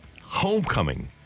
homecoming